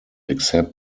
except